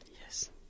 Yes